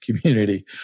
community